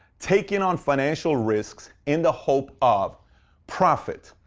taking on financial risks in the hope of profit.